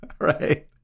right